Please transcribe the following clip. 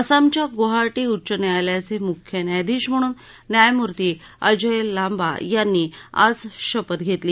आसामच्या गोवाहाटी उच्च न्यायालयाचे मुख्य न्यायाधीश म्हणून न्यायमूर्ती अजय लाबा यांनी आज शपथ घेतली